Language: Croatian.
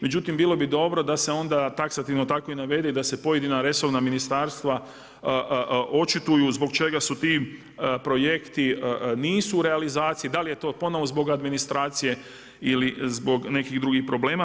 Međutim, bilo bi dobro da se onda taksativno tako i navede i da se pojedina resorna ministarstva očituju zbog čega su ti projekti nisu u realizaciji, da li je to ponovo zbog administracije ili zbog nekih drugih problema.